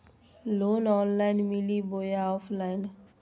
Loan online मिली बोया offline?